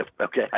Okay